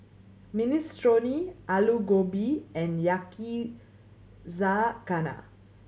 Minestrone Alu Gobi and Yakizakana